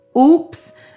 oops